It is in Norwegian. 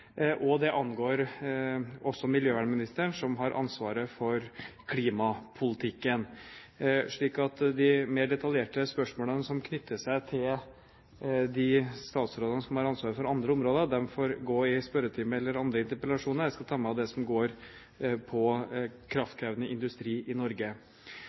og det angår også miljøvernministeren som har ansvaret for klimapolitikken. De mer detaljerte spørsmålene som knytter seg til de statsrådene som har ansvaret for andre områder, får man ta i spørretimer eller i andre interpellasjoner. Jeg skal ta meg av det som går på kraftkrevende industri i Norge.